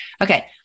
Okay